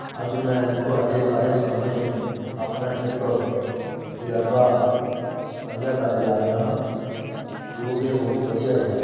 ਅੱਜ ਮੈਂ ਤੁਹਾਡੇ ਸਾਰਿਆਂ ਸਾਹਮਣੇ ਆਪਣਾ ਇੱਕ ਤਜ਼ਰਬਾ ਸਾਂਝਾ ਕਰਨ ਜਾ ਰਿਹਾ ਹਾਂ ਜੋ ਕਿ ਬਹੁਤ ਵਧੀਆ ਰਿਹਾ